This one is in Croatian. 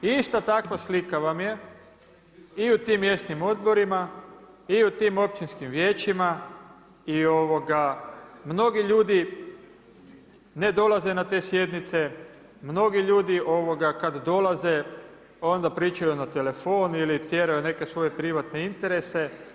I ista takva slika vam je u tim mjesnim odborima i u tim općinskim vijećima i ovoga, mnogi ljudi ne dolaze na te sjednice, mnogi ljudi kad dolaze onda pričaju na telefon, ili tjeraju neke svoje privatne interese.